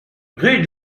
rue